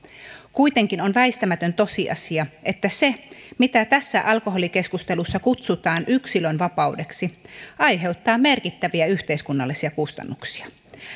kuitenkin on väistämätön tosiasia että se mitä tässä alkoholikeskustelussa kutsutaan yksilönvapaudeksi aiheuttaa merkittäviä yhteiskunnallisia kustannuksia